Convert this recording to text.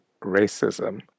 racism